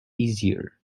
easier